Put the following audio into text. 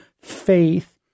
faith